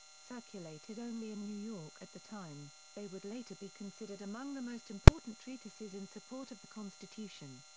circulated only in new york at the time, they would later be considered among the most important treatises in support of the constitution.